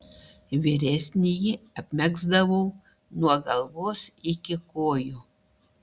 vyresnįjį apmegzdavau nuo galvos iki kojų